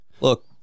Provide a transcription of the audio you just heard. Look